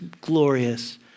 glorious